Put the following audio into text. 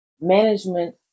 management